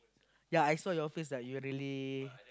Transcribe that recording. yea I saw your face like you were really